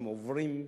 שהם עוברים.